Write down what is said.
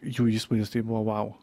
jų įspūdis tai buvo vau